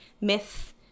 myth